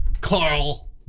Carl